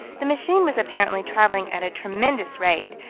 the machine was apparently traveling at a tremendous rate,